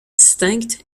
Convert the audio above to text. distinctes